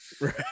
Right